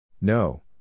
No